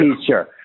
teacher